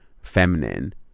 feminine